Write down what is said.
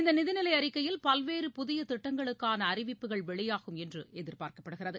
இந்த நிதிநிலை அறிக்கையில் பல்வேறு புதிய திட்டங்களுக்கான அறிவிப்புகள் வெளியாகும் என்று எதிர்பார்க்கப்படுகிறது